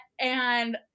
and-